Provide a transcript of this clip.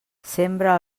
sembra